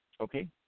Okay